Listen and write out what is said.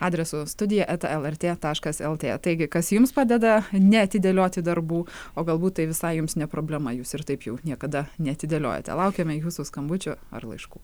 adresu studija eta lrt taškas lt taigi kas jums padeda neatidėlioti darbų o galbūt tai visai jums ne problema jūs ir taip jau niekada neatidėliojate laukiame jūsų skambučių ar laiškų